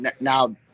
now